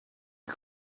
eût